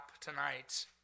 tonight